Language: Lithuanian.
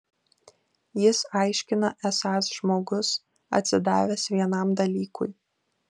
jis aiškina esąs žmogus atsidavęs vienam dalykui